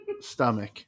stomach